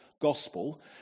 gospel